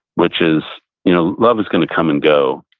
which is you know love is going to come and go,